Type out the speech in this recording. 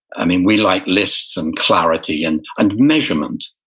i mean we like lists and clarity and and measurement,